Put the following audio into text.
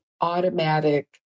automatic